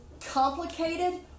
Complicated